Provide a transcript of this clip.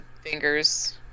Fingers